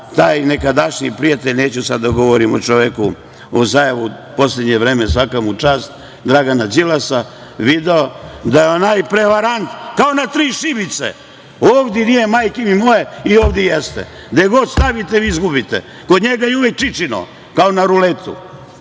taj nekadašnji prijatelj, neću sada da govorim o čoveku, o Zajevu, u poslednje vreme, svaka mu čast koji je video da je Dragan Đilasa prevarant, kao na tri šibice, ovde nije majke mi moje, i ovde jeste, gde god stavite vi izgubite, kod njega je uvek čičino, kao na ruletu,